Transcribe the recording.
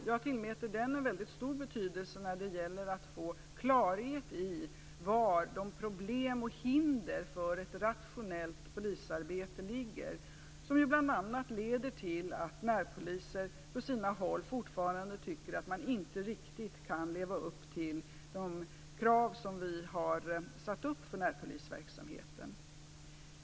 Jag tillmäter den en väldigt stor betydelse när det gäller att få klarhet i var de problem och hinder för ett rationellt polisarbetet ligger som bl.a. leder till att närpoliser på sina håll fortfarande tycker att de inte riktigt kan leva upp till de krav som vi har satt upp för närpolisverksamheten.